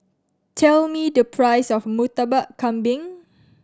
tell me the price of Murtabak Kambing